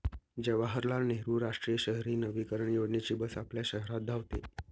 जवाहरलाल नेहरू राष्ट्रीय शहरी नवीकरण योजनेची बस आपल्या शहरात धावते